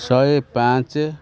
ଶହେ ପାଞ୍ଚେ